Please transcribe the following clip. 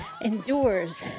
endures